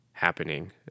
happening